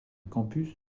campus